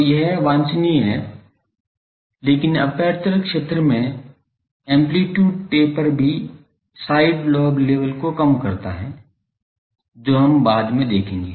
तो यह वांछनीय नहीं है लेकिन एपर्चर क्षेत्र में एम्पलीटूड टेपर भी साइड लोब लेवल को कम करता है जो हम बाद में दिखाएंगे